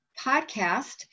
podcast